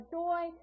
joy